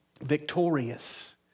victorious